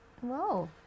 whoa